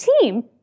team